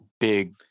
big